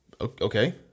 okay